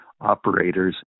operators